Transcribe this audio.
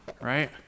right